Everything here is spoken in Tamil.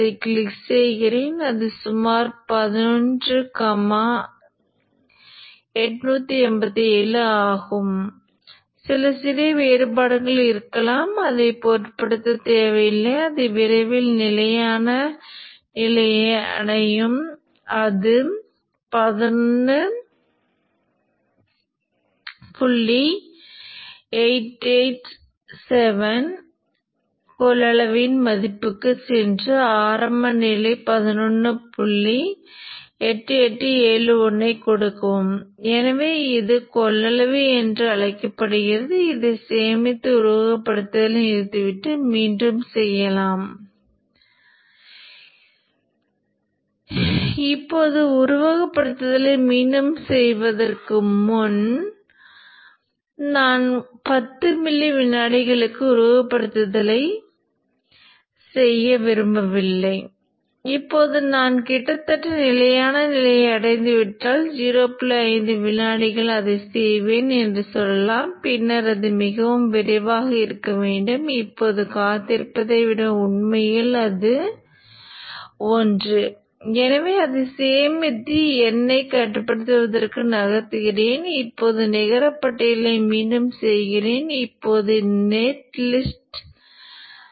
Q ஸ்விட்ச் மூலம் மின்னோட்டம் மற்றும் மின்னழுத்த மதிப்பீடுகள் இரண்டும் அறியப்படுகிறது மின்னழுத்த மதிப்பீடு அடிப்படையில் வின் மற்றும் ஐஆர் வீழ்ச்சியாகும் மற்றும் தற்போதைய மதிப்பீடு என்பது இங்கு பாயும் மின்னோட்டத்தின் எந்த மதிப்பாக இருந்தாலும் அது Io இக்கு மாற்றப்பட்ட அதிகபட்ச மதிப்பாகும் இங்கே nIo மற்றும் டெல்டா IL